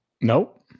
Nope